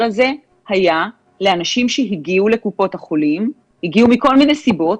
הזה היה לאנשים שהגיעו לקופות-החולים מכל מיני סיבות,